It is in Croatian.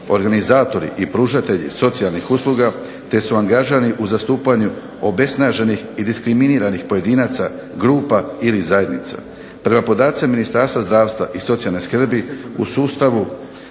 organizatori i pružatelji socijalnih usluga, te su angažirani u zastupanju obesnaženih i diskriminiranih pojedinaca, grupa ili zajednica. Prema podacima Ministarstva zdravstva i socijalne skrbi u sustavu